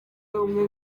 umwe